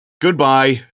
goodbye